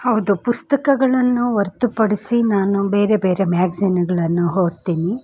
ಹೌದು ಪುಸ್ತಕಗಳನ್ನು ಹೊರ್ತುಪಡಿಸಿ ನಾನು ಬೇರೆ ಬೇರೆ ಮ್ಯಾಗ್ಜಿನ್ಗಳನ್ನು ಓದ್ತೀನಿ